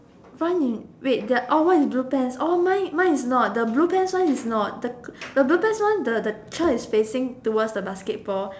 mine is wait there oh one is blue pants oh mine is not the blue pants one is not the the blue pants one the the child is facing towards the basketball